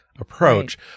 approach